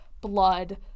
blood